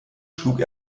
schlug